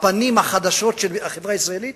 הפנים החדשות של החברה הישראלית